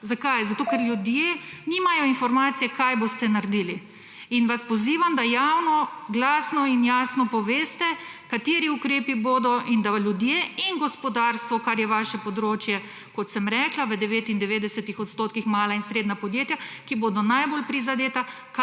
Zakaj? Zato ker ljudje nimajo informacije, kaj boste naredili. Pozivam vas, da javno, glasno in jasno poveste, kateri ukrepi bodo in da ljudje in gospodarstvo, kar je vaše področje, kot sem rekla v 99 odstotkih mala in srednja podjetja, ki bodo najbolj prizadeta,